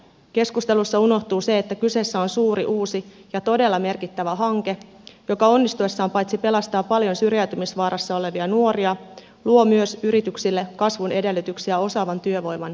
keskustelussa unohtuu se että kyseessä on suuri uusi ja todella merkittävä hanke joka onnistuessaan paitsi pelastaa paljon syrjäytymisvaarassa olevia nuoria myös luo yrityksille kasvun edellytyksiä osaavan työvoiman muodossa